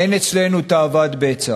אין אצלנו תאוות בצע.